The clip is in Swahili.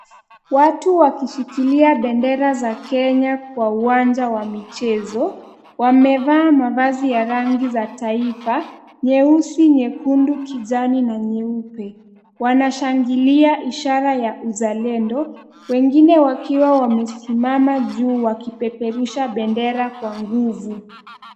Watu wakishikilia bendera za Kenya kwa uwanja wa michezo. Wamevaa mavazi ya rangi za taifa nyeusi ,nyekundu, kijani na nyeupe. Wanashangilia ishara ya uzalendo; wengine wakiwa wamesimama juu wa kipeperusha bendera kwa nguvu.